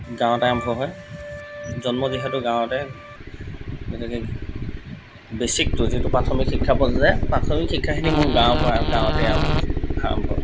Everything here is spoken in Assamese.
গাঁৱতে আৰম্ভ হয় জন্ম যিহেতু গাঁৱতে গতিকে বেচিকটো যিটো প্ৰাথমিক শিক্ষা পৰ্য্য়ায় প্ৰাথমিক শিক্ষাখিনি মোৰ গাঁৱৰ পৰাই গাঁৱতে আৰম্ভ হৈছে আৰম্ভ হয়